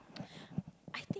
I think